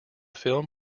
film